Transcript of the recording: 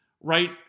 right